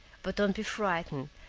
but don't be frightened,